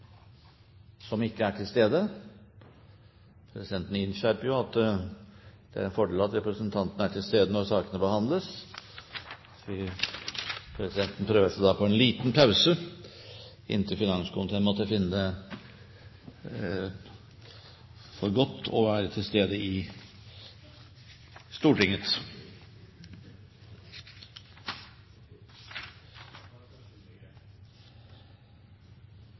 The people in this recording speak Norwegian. som ikke er til stede. Presidenten innskjerper at det er en fordel at representantene er til stede når sakene behandles. Presidenten prøver seg da på en liten pause inntil finanskomiteen måtte finne det for godt å være til stede i